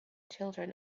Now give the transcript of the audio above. children